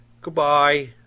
goodbye